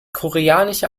koreanische